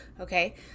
okay